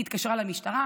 היא התקשרה למשטרה,